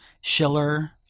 schiller